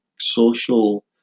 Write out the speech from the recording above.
social